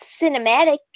cinematic